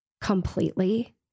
completely